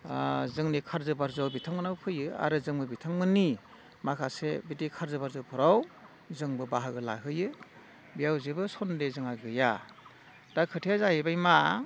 जोंनि खारज' बारज'आव बिथांमोनहाबो फैयो आरो जोंबो बिथांमोननि माखासे बिदि खारज' बारज'फोराव जोंबो बाहागो लाहैयो बेयाव सनदेह जोंहा गैया दा खोथाया जाहैबाय मा